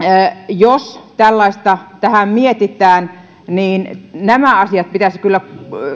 jos tällaista tähän mietitään nämä asiat pitäisi kyllä